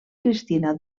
cristina